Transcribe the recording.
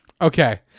Okay